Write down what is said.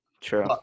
True